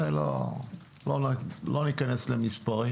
לא ניכנס למספרים